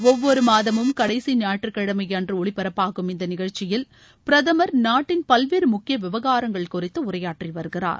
ஒவ்வொரு மாதமும் கடைசி ஞாயிற்றுக்கிழமை அன்று ஒலிபரப்பாகும் இந்த நிகழ்ச்சியில் பிரதமர் நாட்டின் பல்வேறு முக்கிய விவகாரங்கள் குறித்து உரையாற்றி வருகிறார்